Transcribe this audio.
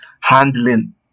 handling